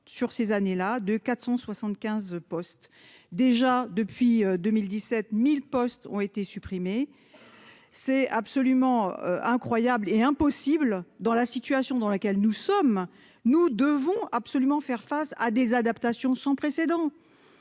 sur ces années là de 475 postes déjà depuis 2000 17000 postes ont été supprimés, c'est absolument incroyable et impossible dans la situation dans laquelle nous sommes, nous devons absolument faire face à des adaptations sans précédent